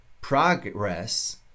progress